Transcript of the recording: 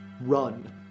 run